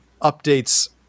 updates